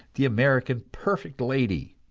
the american perfect lady.